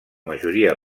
majoria